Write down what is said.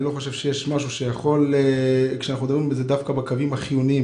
אני לא חושב שיש משהו שיכול כשאנחנו מדברים דווקא על הקווים החיוניים,